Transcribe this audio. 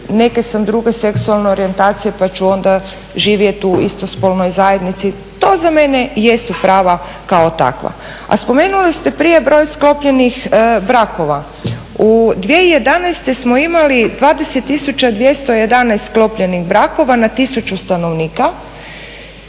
neke sam druge seksualne orijentacije pa ću onda živjeti u istospolnoj zajednici, to za mene jesu prava kao takva. A spomenuli ste prije broj sklopljenih brakova, u 2011.smo imali 20.211 sklopljenih brakova na tisuću stanovnika